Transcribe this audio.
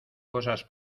cosas